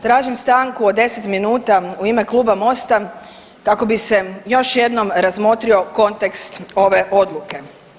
Tražim stanku od 10 minuta u ime kluba MOST-a kako bi se još jednom razmotrio kontekst ove odluke.